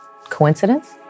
Coincidence